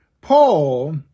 Paul